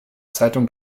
zeitung